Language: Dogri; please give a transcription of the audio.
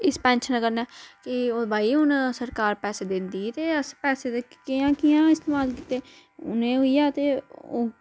इस पेंशने कन्ने की बाई उन्न सरकार पैसा दिंदी ते अस पैसे कियां कियां इस्तेमाल कित्ते उन्न ऐ होई आ ते